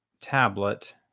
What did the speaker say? tablet